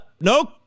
Nope